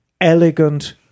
elegant